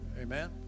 amen